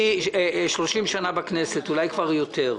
אני 30 שנה בכנסת, אולי כבר יותר.